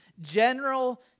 general